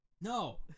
no